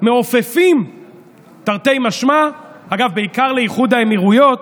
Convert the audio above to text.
מעופפים תרתי משמע, אגב, בעיקר לאיחוד האמירויות.